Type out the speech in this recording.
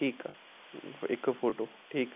ठीकु आहे हिकु फोटो ठीकु आहे